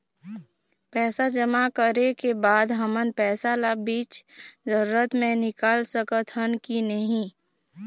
पैसा जमा करे के बाद हमन पैसा ला बीच जरूरत मे निकाल सकत हन की नहीं?